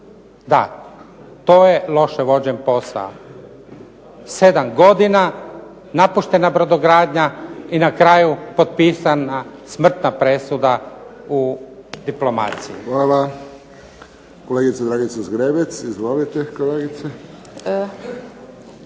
Da, to je loše vođen posao. 7 godina napuštena brodogradnja i na kraju potpisana smrtna presuda u diplomaciji. **Friščić, Josip (HSS)** Hvala. Kolegica Dragica Zgrebec. Izvolite kolegice.